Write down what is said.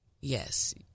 Yes